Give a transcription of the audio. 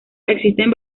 existen